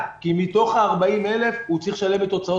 מתוך ה-40,000 הוא צריך לשלם את הוצאות